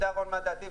יודע רון מה דעתי,